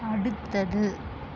அடுத்தது